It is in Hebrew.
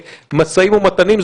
משאים ומתנים.